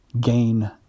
gain